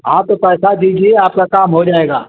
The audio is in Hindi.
हाँ तो पैसा दीजिए आपका काम हो जाएगा